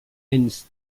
alors